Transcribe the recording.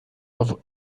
auf